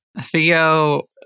Theo